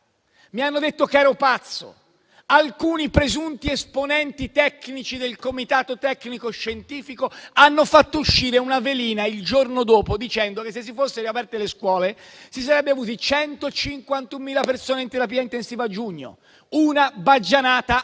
dicendo che ero pazzo. Alcuni presunti esponenti tecnici del comitato tecnico scientifico fecero uscire una velina il giorno dopo, dicendo che, se si fossero riaperte le scuole, si sarebbero avute 151.000 persone in terapia intensiva a giugno, una baggianata